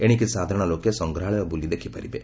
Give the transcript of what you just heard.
ଏଶିକି ସାଧାରଶ ଲୋକେ ସଂଗ୍ରହାଳୟ ବୁଲି ଦେଖିପାରିବେ